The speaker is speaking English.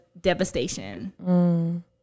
devastation